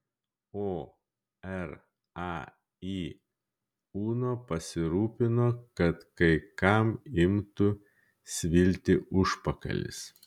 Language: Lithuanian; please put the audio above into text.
o rai uno pasirūpino kad kai kam imtų svilti užpakalis